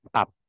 up